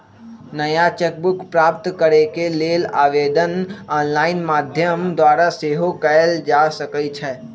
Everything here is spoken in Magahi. नया चेक बुक प्राप्त करेके लेल आवेदन ऑनलाइन माध्यम द्वारा सेहो कएल जा सकइ छै